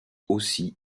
aussi